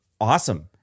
awesome